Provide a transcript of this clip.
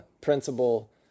principle